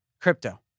crypto